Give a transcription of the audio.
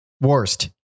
Worst